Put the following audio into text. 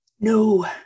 No